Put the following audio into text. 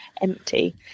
empty